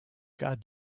cas